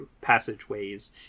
passageways